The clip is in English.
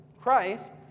Christ